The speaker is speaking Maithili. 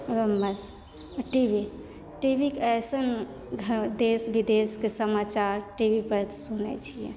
नम्बर टी बी टीबीके अइसन घरमे देश बिदेशके समाचार टी बी पर सुनैत छियै